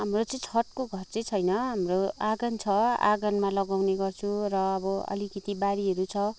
हाम्रो चाहिँ छतको घर चाहिँ छैन हाम्रो आँगन छ आँगनमा लगाउने गर्छु र अब अलिकिती बारीहरू छ